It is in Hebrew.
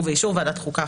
ובאישור ועדת החוקה,